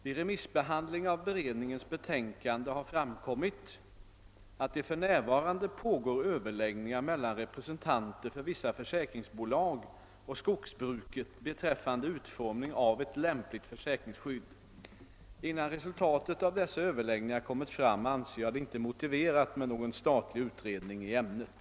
Vid remissbehandling av beredningens betänkande har framkommit att det för närvarande pågår överläggningar mellan representanter för vissa försäkringsbolag och skogsbruket beträffande utformning av ett lämpligt försäkringsskydd. Innan resultatet av dessa överläggningar kommit fram anser jag det inte motiverat med någon statlig utredning i ämnet.